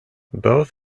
both